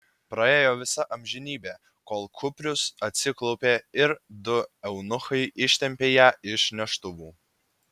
praėjo visa amžinybė kol kuprius atsiklaupė ir du eunuchai ištempė ją iš neštuvų